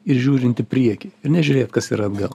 ir žiūrint į priekį ir nežiūrėt kas yra atgal